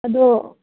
ꯑꯗꯣ